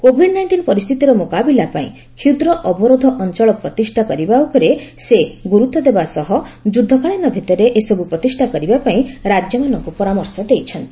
Covid nineteen ପରିସ୍ଥିତିର ମୁକାବିଲା ପାଇଁ କ୍ଷୁଦ୍ର ଅବରୋଧ ଅଞ୍ଚଳ ପ୍ରତିଷ୍ଠା କରିବା ଉପରେ ସେ ଗୁରୁତ୍ୱ ଦେଇ ଦେବା ସହ ଏସବୁ ପ୍ରତିଷ୍ଠା କରିବା ପାଇଁ ରାଜ୍ୟମାନଙ୍କୁ ପରାମର୍ଶ ଦେଇଛନ୍ତି